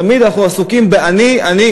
תמיד אנחנו עסוקים באני, אני,